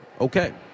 okay